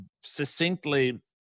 succinctly